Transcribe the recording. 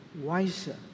wiser